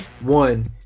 One